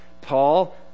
Paul